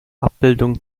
abbildung